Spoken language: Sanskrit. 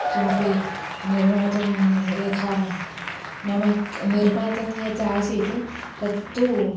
किमपि निर्मातुं यथा नाम क् निर्मितं यत् आसीत् तत्तु